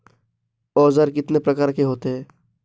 औज़ार कितने प्रकार के होते हैं?